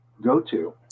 go-to